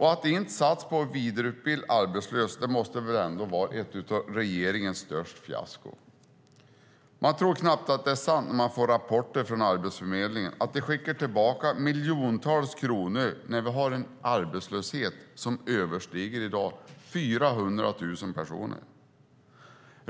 Att inte satsa på att vidareutbilda arbetslösa måste väl ändå vara ett av regeringens största fiaskon? Man tror knappt att det är sant när man får rapporter från Arbetsförmedlingen om att de skickar tillbaka miljontals kronor när vi har en arbetslöshet som i dag överstiger 400 000 personer.